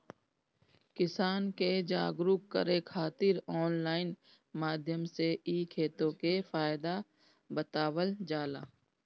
किसान के जागरुक करे खातिर ऑनलाइन माध्यम से इ खेती के फायदा बतावल जाला